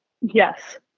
Yes